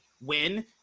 win